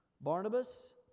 Barnabas